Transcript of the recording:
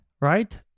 right